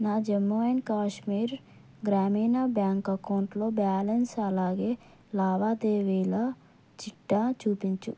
నా జమ్మూ అండ్ కాశ్మీర్ గ్రామీణ బ్యాంక్ అకౌంట్లో బ్యాలెన్స్ అలాగే లావాదేవీల చిట్టా చూపించు